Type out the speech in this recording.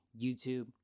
YouTube